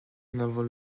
naval